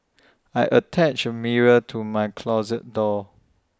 I attached A mirror to my closet door